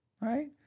right